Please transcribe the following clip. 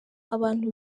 abantu